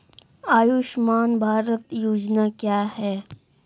आयुष्मान भारत योजना क्या है?